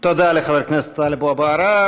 תודה לחבר הכנסת טלב אבו עראר.